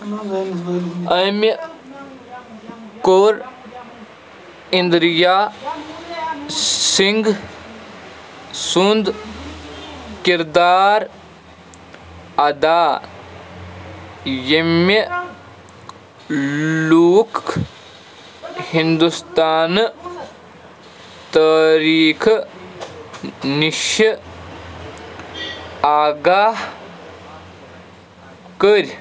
اَمہِ کوٚر اِندریا سِنگھ سُند کردار اَدا ییٚمہِ لوٗک ہِندوستانہٕ تٲریٖخہٕ نِشہِ آگاہ کٔرۍ